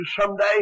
someday